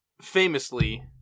famously